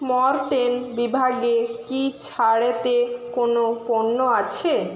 Mortein বিভাগে কী ছাড়েতে কোনও পণ্য আছে